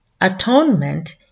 Atonement